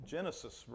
Genesis